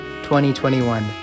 2021